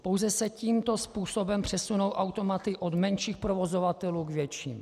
Pouze se tímto způsobem přesunou automaty od menších provozovatelů k větším.